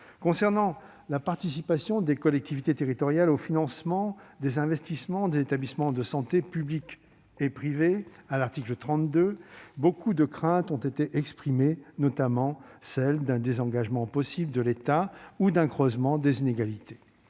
Concernant la participation des collectivités territoriales au financement des investissements des établissements de santé publics et privés, à l'article 32, beaucoup de craintes ont été exprimées, notamment celle d'un désengagement de l'État ou d'un creusement des inégalités.